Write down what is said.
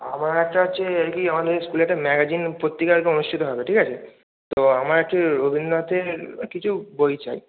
আমার একটা হচ্ছে আর কি আমাদের স্কুলে একটা ম্যাগাজিন পত্রিকা আর কি অনুষ্ঠিত হবে ঠিক আছে তো আমার একটু রবীন্দ্রনাথের কিছু বই চাই